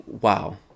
wow